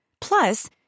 Plus